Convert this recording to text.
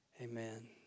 amen